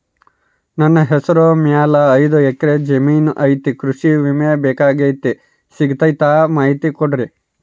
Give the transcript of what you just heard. ನನ್ನ ಹೆಸರ ಮ್ಯಾಲೆ ಐದು ಎಕರೆ ಜಮೇನು ಐತಿ ಕೃಷಿ ವಿಮೆ ಬೇಕಾಗೈತಿ ಸಿಗ್ತೈತಾ ಮಾಹಿತಿ ಕೊಡ್ರಿ?